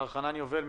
מר חנן יובל,